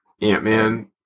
Ant-Man